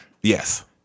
yes